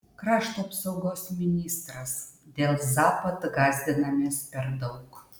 krašto apsaugos ministras dėl zapad gąsdinamės per daug